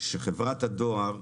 שחברת הדואר,